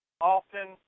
often